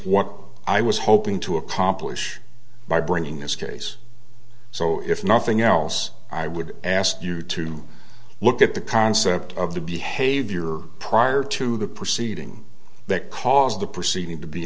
what i was hoping to accomplish by bringing this case so if nothing else i would ask you to look at the concept of the behavior prior to the proceeding that caused the proceeding to be